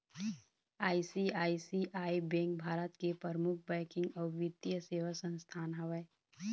ICICI bank Bharat के परमुख banking अउ बित्तीय सेवा संस्थान हवय